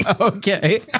Okay